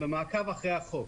במעקב אחרי החוק.